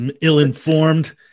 ill-informed